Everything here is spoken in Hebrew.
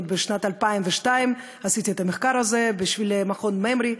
עוד בשנת 2002 עשיתי מחקר זה בשביל מכון MEMRI,